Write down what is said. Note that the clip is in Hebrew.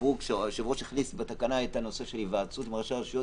כאשר היושב ראש הכניס בתקנה את הנושא של היוועצות עם ראשי הרשויות,